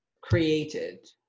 created